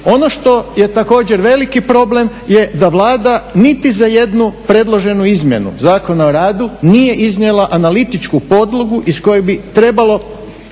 Ono što je također veliki problem je da Vlada niti za jednu predloženu izmjenu Zakona o radu nije iznijela analitičku podlogu iz koje bi trebalo